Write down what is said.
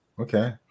okay